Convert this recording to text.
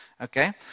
okay